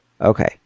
Okay